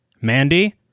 Mandy